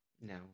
No